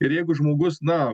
ir jeigu žmogus na